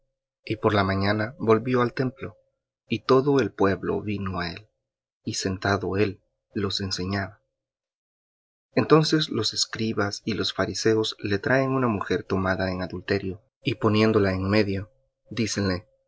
y por la mañana volvió al templo y todo el pueblo vino á él y sentado él los enseñaba entonces los escribas y los fariseos le traen una mujer tomada en adulterio y poniéndola en medio dícenle